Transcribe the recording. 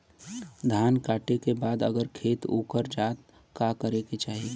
धान कांटेके बाद अगर खेत उकर जात का करे के चाही?